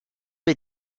was